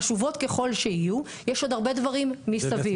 חשובות ככל שיהיו יש עוד הרבה דברים מסביב.